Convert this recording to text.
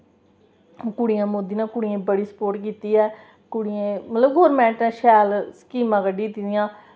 कुड़ियें मोदी नै कुड़ियें दी बड़ी स्पोर्ट कीती ऐ कुड़ियें मतलब गौरमैंट नै शैल स्कीमां कड्ढी दित्ती दियां